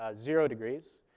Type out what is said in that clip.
ah zero degrees.